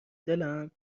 دلم